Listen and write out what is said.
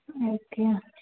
okay